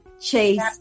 chase